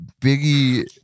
biggie